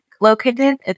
located